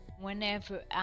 Whenever